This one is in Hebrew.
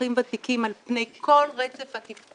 אזרחים ותיקים על פני כל רצף התפקוד,